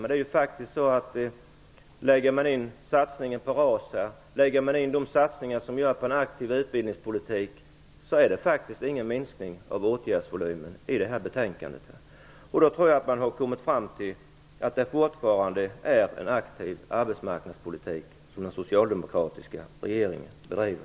Men lägger vi till satsningen på RAS och de satsningar som görs på en aktiv utbildningspolitik är det faktiskt ingen minskning av åtgärdsvolymen som föreslås i betänkandet. Jag tror att man har kommit fram till att den socialdemokratiska regeringen fortfarande bedriver en aktiv arbetsmarknadspolitik.